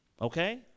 Okay